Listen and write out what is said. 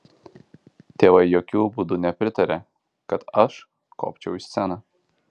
tėvai jokiu būdu nepritarė kad aš kopčiau į sceną